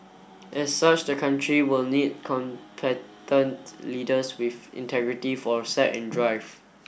as such the country will need leaders with integrity foresight and drive